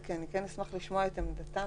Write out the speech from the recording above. אני שם מבית"ר עילית יצאתי,